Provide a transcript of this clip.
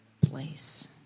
place